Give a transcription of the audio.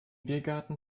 biergarten